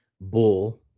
bull